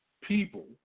people